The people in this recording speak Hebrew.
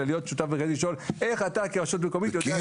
אלא להיות שותף מרכזי ולשאול: איך אתה כרשות מקומית יודע,